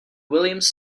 williams